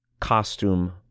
costume